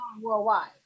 worldwide